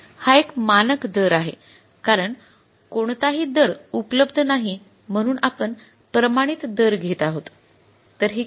हा एक मानक दर आहे कारण कोणताही दर उपलब्ध नाही म्हणून आपण प्रमाणित दर घेत आहोत तर हे किती